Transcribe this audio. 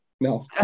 No